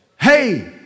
Hey